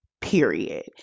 period